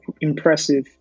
impressive